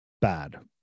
bad